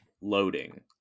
loading